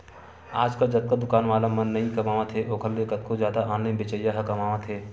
आजकल जतका दुकान वाला मन नइ कमावत हे ओखर ले कतको जादा ऑनलाइन बेचइया ह कमावत हें